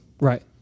Right